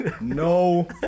No